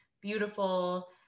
beautiful